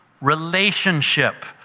relationship